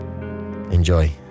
enjoy